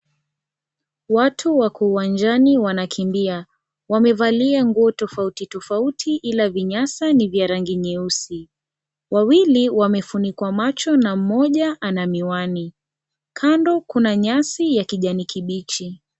Watu wako uwanjani wanakimbia, wamevalia nguo tofauti tofauti ila vinyasa ni vya rangi nyeusi, wawili wamefunikwa macho na mmoja ana miwani, kando kuna nyasi ya kijani kibichi.